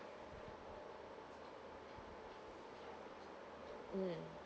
mm